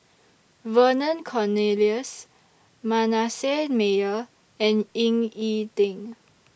Vernon Cornelius Manasseh Meyer and Ying E Ding